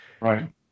right